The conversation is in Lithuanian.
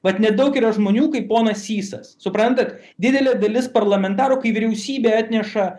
mat nedaug yra žmonių kaip ponas sysas suprantat didelė dalis parlamentarų kai vyriausybė atneša